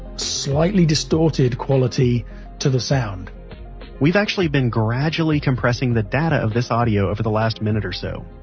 slightly distorted quality to the sound we've actually been gradually compressing the data of this audio over the last minute or so.